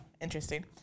interesting